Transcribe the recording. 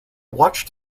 watched